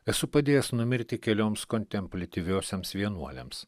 esu padėjęs numirti kelioms kontempliatyviosioms vienuolėms